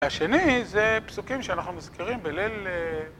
והשני זה פסוקים שאנחנו מזכירים בליל...